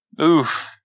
Oof